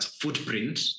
footprint